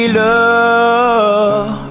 love